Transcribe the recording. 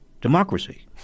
democracy